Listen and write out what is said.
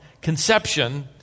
conception